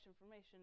information